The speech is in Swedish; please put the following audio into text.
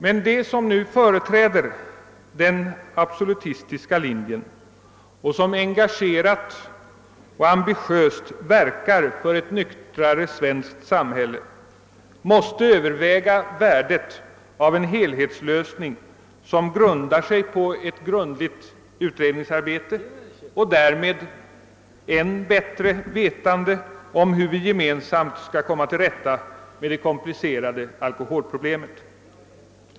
Men de som nu företräder den absolutistiska linjen och som engagerat och ambitiöst verkar för ett nyktrare svenskt samhälle måste överväga värdet av en helhetslösning som baseras på ett grundligt utredningsarbete och därmed än bältre vetande om hur vi gemensamt skall komma till rätta med det komplicerade alkoholproblemet.